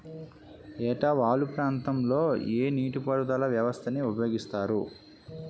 ఏట వాలు ప్రాంతం లొ ఏ నీటిపారుదల వ్యవస్థ ని ఉపయోగిస్తారు?